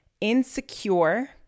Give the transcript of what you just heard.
insecure